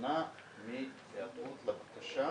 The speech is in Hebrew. שונה מהיעתרות לבקשה.